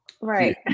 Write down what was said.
Right